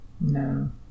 No